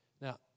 Now